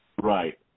right